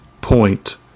point